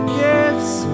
gifts